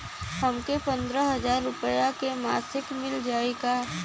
हमके पन्द्रह हजार रूपया क मासिक मिल जाई का?